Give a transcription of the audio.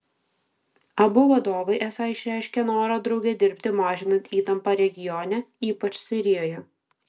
abu vadovai esą išreiškė norą drauge dirbti mažinant įtampą regione ypač sirijoje